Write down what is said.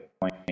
point